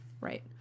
Right